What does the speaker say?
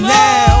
now